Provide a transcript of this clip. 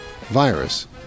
virus